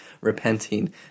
repenting